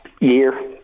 year